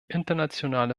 internationale